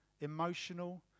emotional